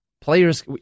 players